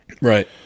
Right